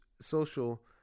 social